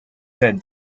said